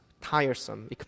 tiresome